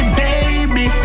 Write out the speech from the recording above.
baby